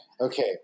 Okay